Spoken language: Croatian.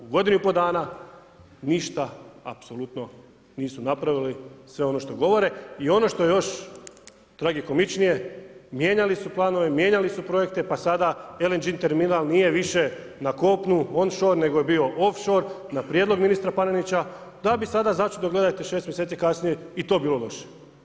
U godinu i pol dana ništa apsolutno nisu napravili sve ono što govore i ono što je još tragikomičnije, mijenjali su planove, mijenjali su projekte, pa sada LNG terminal nije više na kopnu, on-shore, nego je bio off-shore, na prijedlog ministra Panenića, da bi sada začudo, gledajte 6 mjeseci kasnije i to bilo loše.